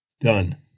done